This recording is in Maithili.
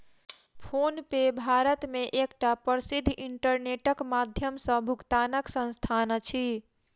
फ़ोनपे भारत मे एकटा प्रसिद्ध इंटरनेटक माध्यम सॅ भुगतानक संस्थान अछि